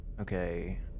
Okay